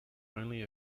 only